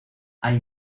hay